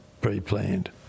pre-planned